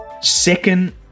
Second